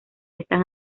están